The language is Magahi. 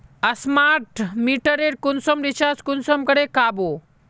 स्मार्ट मीटरेर कुंसम रिचार्ज कुंसम करे का बो?